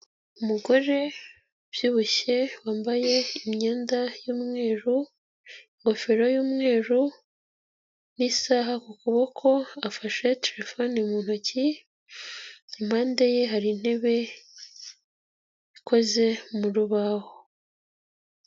Umugore ubyibushye wambaye imyenda y'umweru, ingofero yumweru, n'isaha ku kuboko, afashe terefone mu ntoki, impande ye hari intebe ikoze mu rubaho.